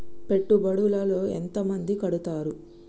పెట్టుబడుల లో ఎంత మంది కడుతరు?